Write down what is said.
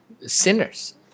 sinners